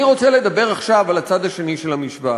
אני רוצה לדבר עכשיו על הצד השני של המשוואה.